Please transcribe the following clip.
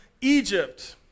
Egypt